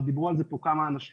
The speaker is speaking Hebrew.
ודיברו על זה פה כמה אנשים,